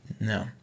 No